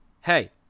hey